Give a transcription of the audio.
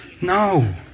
No